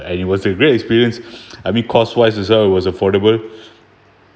and it was a great experience I mean cost wise also it was affordable